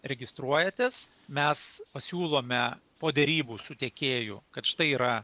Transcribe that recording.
registruojatės mes pasiūlome po derybų su tiekėju kad štai yra